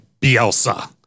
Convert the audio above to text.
Bielsa